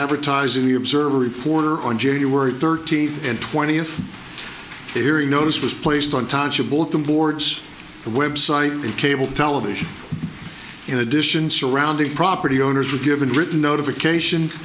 advertising the observer reporter on january thirteenth and twentieth airing notice was placed on touch a bulletin boards the website and cable television in addition surrounding property owners were given written notification